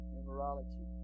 Numerology